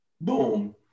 Boom